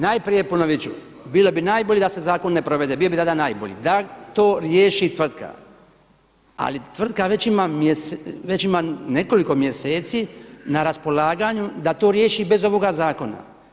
Najprije ponovit ću, bilo bi najbolje da se zakon ne provede, bio bi onda najbolji, da to riješi tvrtka, ali tvrtka već ima nekoliko mjeseci na raspolaganju da to riješi bez ovoga zakona.